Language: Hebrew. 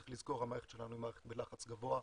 צריך לזכור שהמערכת שלנו היא מערכת בלחץ גבוה,